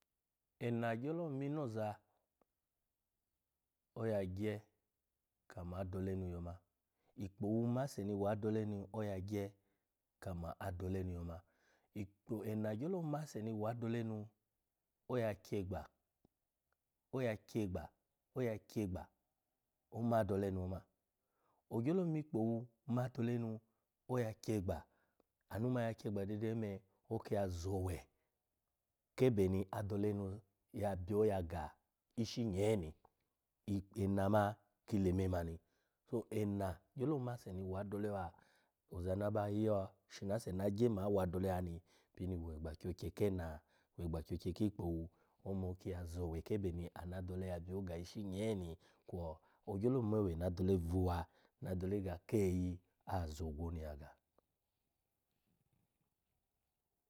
Ena gyelo mi inoza, oya gye, ikpowu ma ma ase wa adole nu oya gye ka mo adole nu yoma. Ena gyelo ma ase ni wa adole nu, oya kyegba, oya kyegba, oya kyegba oma adole nu oma. Ogyelo mi ikpowu ma adole nu, oya kyegba ana ma ya kyegba dede ome anu akiya zo owe kebe ni adole nu ya byo ya ga ishi nye ni. Ena ma ki le memani. So ena gyolo ma ase ni wa adole wa oza ase ba gye ma awa adole wa ni pini we egba kyo-kye kena, we egba kyokye ki ikpoin ome oki ya zowe kebe ni ana adole ya byo ga ishi nye ni kwo ogyolo mo owe ni adole bwu wa kwe adole ga keyi, oya zogwu nyaga.